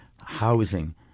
housing